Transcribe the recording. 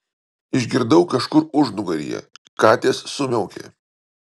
išgirdau kažkur užnugaryje katės sumiaukė